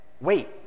wait